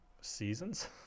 seasons